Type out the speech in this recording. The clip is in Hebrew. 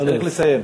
צריך לסיים.